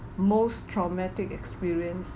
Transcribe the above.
most traumatic experience